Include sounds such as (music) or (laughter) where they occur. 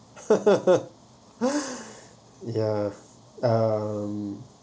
(laughs) ya um